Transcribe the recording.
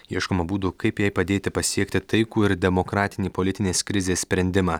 ieškoma būdų kaip jai padėti pasiekti taikų ir demokratinį politinės krizės sprendimą